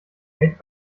made